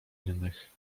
innych